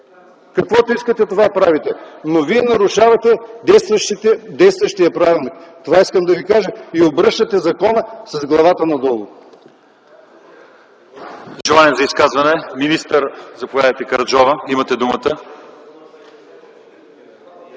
каквото искате, това правите. Вие нарушавате действащия правилник – това искам да Ви кажа. Обръщате закона с главата надолу.